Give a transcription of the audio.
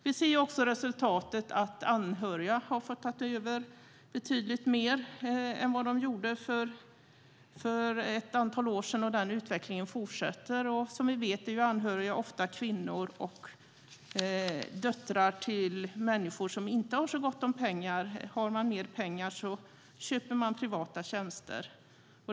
Vi ser också resultatet att anhöriga har fått ta över betydligt mer än vad de gjorde för ett antal år sedan. Den utvecklingen fortsätter. Som vi vet är anhöriga ofta kvinnor och döttrar till människor som inte har så gott om pengar. Om man har mer pengar köper man privata tjänster.